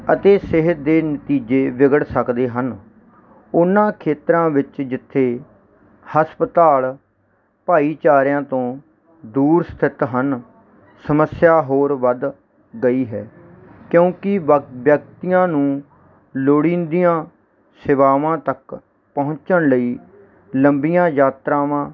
ਅਤੇ ਸਿਹਤ ਦੇ ਨਤੀਜੇ ਵਿਗੜ ਸਕਦੇ ਹਨ ਉਹਨਾਂ ਖੇਤਰਾਂ ਵਿੱਚ ਜਿੱਥੇ ਹਸਪਤਾਲ ਭਾਈਚਾਰਿਆਂ ਤੋਂ ਦੂਰ ਸਥਿਤ ਹਨ ਸਮੱਸਿਆ ਹੋਰ ਵੱਧ ਗਈ ਹੈ ਕਿਉਂਕਿ ਵੱਕ ਵਿਅਕਤੀਆਂ ਨੂੰ ਲੋੜੀਦੀਆਂ ਸੇਵਾਵਾਂ ਤੱਕ ਪਹੁੰਚਣ ਲਈ ਲੰਬੀਆਂ ਯਾਤਰਾਵਾਂ